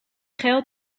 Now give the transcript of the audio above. geld